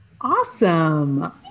Awesome